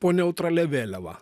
po neutralia vėliava